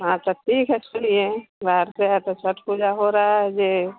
हाँ तो ठीक है सुनिए बाहर से है तो छठ पूजा हो रहा है यह